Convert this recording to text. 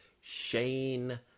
Shane